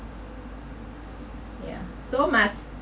ya so must